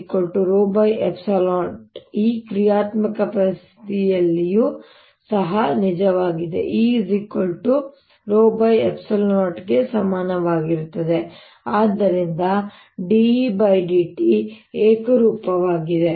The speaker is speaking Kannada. E ρ ε0 ರ ಈ ಕ್ರಿಯಾತ್ಮಕ ಪರಿಸ್ಥಿತಿಯಲ್ಲಿಯೂ ಸಹ ನಿಜವಾಗಿದೆ E σ ε0 ಗೆ ಸಮಾನವಾಗಿರುತ್ತದೆ ಮತ್ತು ಆದ್ದರಿಂದ dE dt ಏಕರೂಪವಾಗಿದೆ